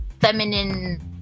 feminine